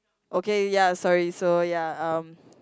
okay ya sorry so ya um